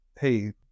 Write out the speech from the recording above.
Hey